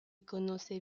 conoce